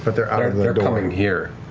but they're coming here.